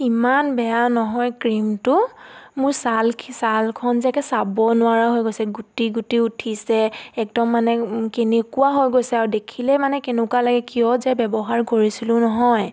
ইমান বেয়া নহয় ক্ৰীমটো মোৰ ছাল ছালখন যে একে চাব নোৱাৰা হৈ গৈছে গুটি গুটি উঠিছে একদম মানে কেনেকুৱা হৈ গৈছে আৰু দেখিলে মানে কেনেকুৱা লাগে কিয় যে ব্যৱহাৰ কৰিছিলোঁ নহয়